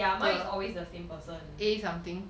ya mine is always the same person